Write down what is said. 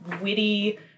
witty